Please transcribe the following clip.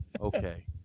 Okay